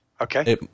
Okay